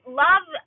love